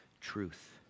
truth